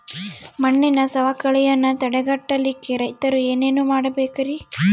ಮಣ್ಣಿನ ಸವಕಳಿಯನ್ನ ತಡೆಗಟ್ಟಲಿಕ್ಕೆ ರೈತರು ಏನೇನು ಮಾಡಬೇಕರಿ?